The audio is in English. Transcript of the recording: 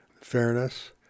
fairness